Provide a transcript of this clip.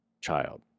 child